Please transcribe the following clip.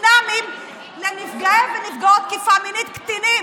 חינם לנפגעי ונפגעות תקיפה מינית קטינים.